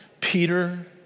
Peter